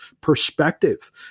perspective